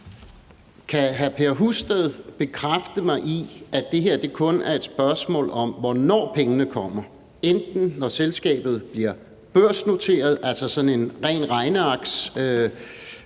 Kan hr. Per Husted bekræfte mig i, at det her kun er et spørgsmål om, hvornår pengene kommer? Enten er det sådan en ren regnearksøvelse